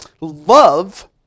love